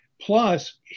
plus